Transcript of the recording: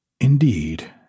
indeed